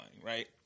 right